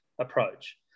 approach